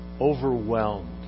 overwhelmed